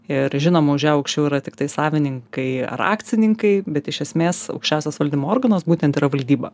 ir žinoma už ją aukščiau yra tiktai savininkai ar akcininkai bet iš esmės aukščiausias valdymo organas būtent yra valdyba